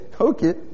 Okay